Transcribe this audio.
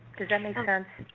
does that make sense?